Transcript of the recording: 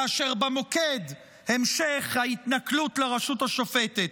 כאשר במוקד המשך ההתנכלות לרשות השופטת.